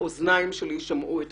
ואוזניי שמעו אותם.